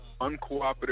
Uncooperative